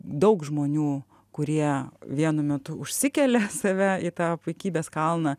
daug žmonių kurie vienu metu užsikelia save į tą puikybės kalną